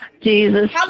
Jesus